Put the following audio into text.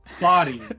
body